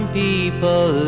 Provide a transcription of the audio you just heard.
people